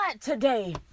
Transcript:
today